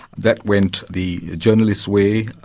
that went the journalists' way.